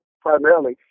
primarily